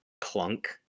clunk